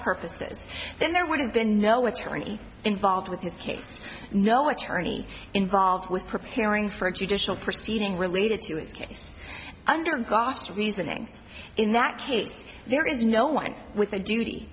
purposes then there would have been no what tourney involved with this case no attorney involved with preparing for a judicial proceeding related to his case under god reasoning in that case there is no one with a duty